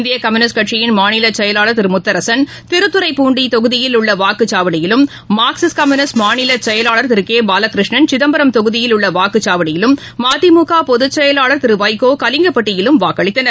இந்திய கம்யூனிஸ்ட் மாநில செயலாளர் திரு முத்தரசன் திருத்துறைப்பூண்டி தொகுதியில் உள்ள வாக்குச்சாவடியிலும் மார்க்சிஸ்ட் கம்யூனிஸ்ட் மாநில செயலாளர் திரு கே பாலகிருஷ்ணன் சிதம்பரம் தொகுதியில் உள்ள வாக்குச்சாவடியிலும் மதிமுக பொதுச்செயலாளர் திரு வைகோ கலிங்கப்பட்டியிலும் வாக்களித்தனர்